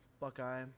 Buckeye